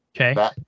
Okay